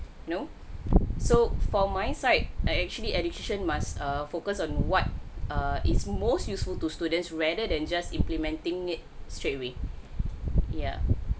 no so for my side I actually education must err focus on what err is most useful to students rather than just implementing it straight away yeah